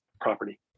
property